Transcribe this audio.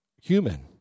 human